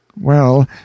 Well